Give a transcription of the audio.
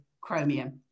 chromium